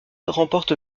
remporte